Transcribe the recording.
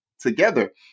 together